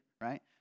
right